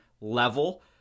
level